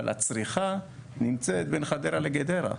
אבל הצריכה נמצאת בין חדרה לגדרה.